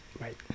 Right